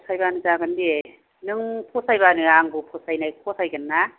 फसायबानो जागोन दे नों फसायबानो आंबो फसायनाय फसायगोन ना